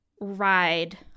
ride